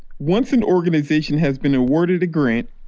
once an organization has been awarded a grant,